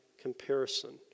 comparison